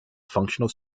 functional